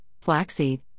flaxseed